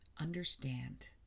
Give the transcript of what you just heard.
understand